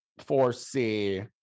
foresee